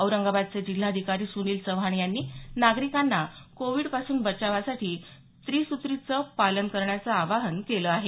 औरंगाबादचे जिल्हाधिकारी सुनील चव्हाण यांनी नागरिकांना कोविडपासून बचावासाठी त्रिसुत्रींचं पालन करण्याचं आवाहन केलं आहे